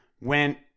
went